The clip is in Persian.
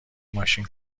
ماشین